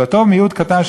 אבל אותו מיעוט קטן,